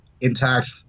intact